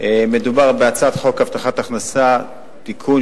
מדובר בהצעת חוק הבטחת הכנסה (תיקון,